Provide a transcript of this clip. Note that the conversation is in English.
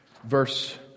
Verse